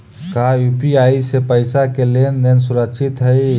का यू.पी.आई से पईसा के लेन देन सुरक्षित हई?